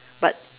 but